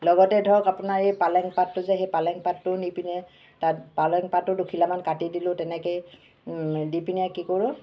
লগতে ধৰক আপোনাৰ এই পালেং পাতটো যে সেই পালেং পাতটো নি পিনে তাত পালেং পাতো দুখিলামান কাটি দিলোঁ তেনেকৈয়ে দি পিনে কি কৰোঁ